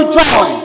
joy